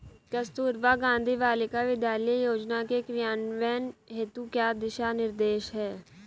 कस्तूरबा गांधी बालिका विद्यालय योजना के क्रियान्वयन हेतु क्या दिशा निर्देश हैं?